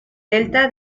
delta